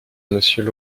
monsieur